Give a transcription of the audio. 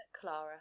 Clara